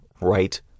right